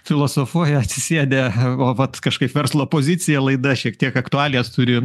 filosofuoja atsisėdę o vat kažkaip verslo pozicija laida šiek tiek aktualijas turi